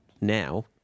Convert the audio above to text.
now